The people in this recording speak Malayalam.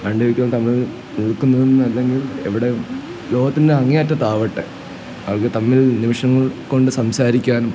രണ്ട് വ്യക്തികൾ തമ്മിൽ നിൽക്കുന്നതും അല്ലെങ്കിൽ എവിടെ ലോകത്തിൻ്റെ അങ്ങേയറ്റത്താവട്ടെ അവർക്ക് തമ്മിൽ നിമിഷങ്ങൾ കൊണ്ട് സംസാരിക്കാനും